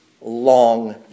long